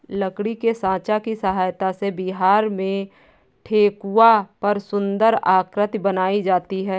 लकड़ी के साँचा की सहायता से बिहार में ठेकुआ पर सुन्दर आकृति बनाई जाती है